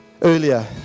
earlier